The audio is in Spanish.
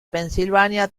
pensilvania